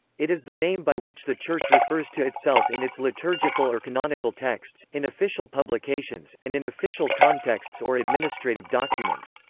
it is the name by which the church refers to itself in its liturgical or canonical texts, in official publications, and in official contexts or administrative documents.